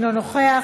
אינו נוכח,